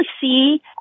see